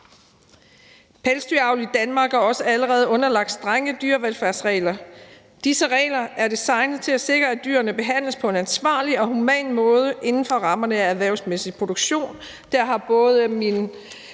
Pelsdyravl i Danmark er også allerede underlagt strenge dyrevelfærdsregler. Disse regler er designet til at sikre, at dyrene behandles på en ansvarlig og human måde inden for rammerne af erhvervsmæssig produktion. Der har både min